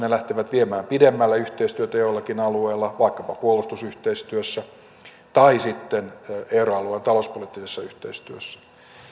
ne lähtevät viemään pidemmälle yhteistyötä jollakin alueella vaikkapa puolustusyhteistyössä tai sitten euroalueen talouspoliittisessa yhteistyössä